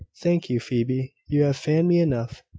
thank you, phoebe you have fanned me enough.